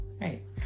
Right